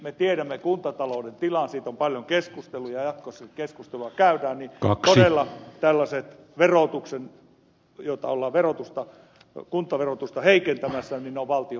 me tiedämme kuntatalouden tilan siitä on paljon keskusteltu ja jatkossakin keskustelua käydään niin todella tällaiset joilla ollaan kuntaverotusta heikentämässä on valtion puolelta kompensoitava